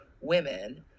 women